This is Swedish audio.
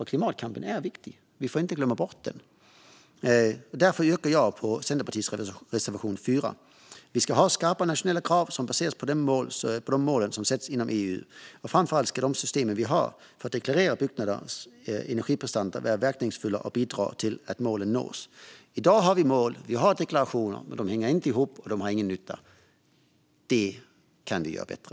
Klimatkampen är viktig. Vi får inte glömma bort den. Därför yrkar jag bifall till Centerpartiets reservation 4. Vi ska ha skarpa nationella krav som baseras på de mål som sätts inom EU. Framför allt ska de system vi har för att deklarera byggnaders energiprestanda vara verkningsfulla och bidra till att målen nås. I dag har vi mål och deklarationer. Men de hänger inte ihop, och de gör ingen nytta. Det kan vi göra bättre.